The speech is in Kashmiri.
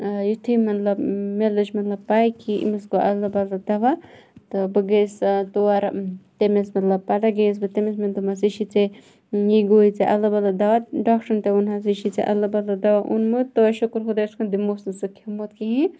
یُتھٕے مَطلَب مےٚ لٔج مَطلَب پاے کہِ أمِس گوٚو اَدلہٕ بَدلہٕ دَوا تہٕ بہٕ گٔیَس تور تٔمِس مَطلَب پَتَے گٔیَس بہٕ تٔمِس مےٚ دوٚپمَس یہِ چھی ژےٚ یہِ گوٚوٕے ژےٚ اَدلہٕ بَدلہٕ دَوا ڈاکٹرن تہٕ ووٚن حظ یہِ چھُ ژےٚ اَدلہٕ بَدلہٕ دَوا اوٚنمُت توتہِ شُکُر خۄدایَس کُن تٔمۍ اوس نہٕ سُہ کھیمُت کِہِیٖنۍ